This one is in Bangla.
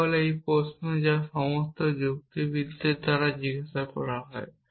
এই হল এই প্রশ্ন যা সমস্ত যুক্তিবিদদের দ্বারা জিজ্ঞাসা করা হয়